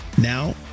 Now